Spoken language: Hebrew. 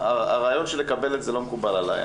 הרעיון שלכם לקבל את זה לא מקובל עליי,